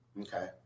Okay